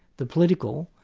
the political,